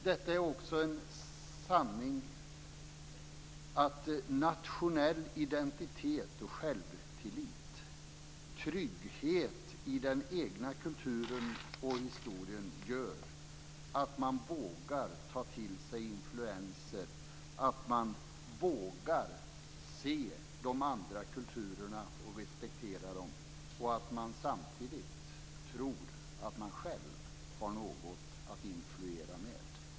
Det är också en sanning att nationell identitet, självtillit och trygghet i den egna kulturen och historien gör att man vågar ta till sig influenser och att man vågar se de andra kulturerna och respektera dem samtidigt som man tror att man själv har något att influera med.